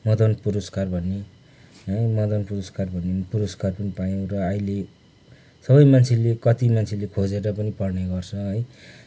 मदन पुरस्कार भन्ने हो मदन पुरस्कार भन्ने पुरस्कार पनि पायो र अहिले सबै मान्छेले कति मान्छेले खोजेर पनि पढ्ने गर्छ है